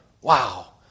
Wow